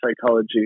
psychology